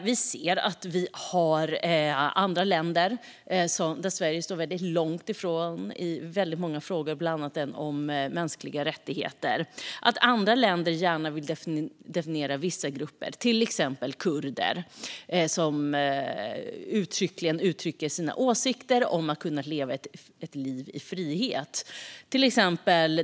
Vi ser att länder som står väldigt långt från Sverige i många frågor, bland annat den om mänskliga rättigheter, gärna vill definiera vissa grupper som terrorister. Det gäller till exempel kurder som uttrycker sina åsikter om att kunna leva ett liv i frihet.